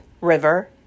river